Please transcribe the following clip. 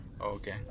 Okay